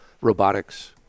robotics